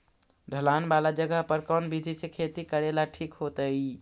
ढलान वाला जगह पर कौन विधी से खेती करेला ठिक होतइ?